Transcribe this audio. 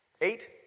Eight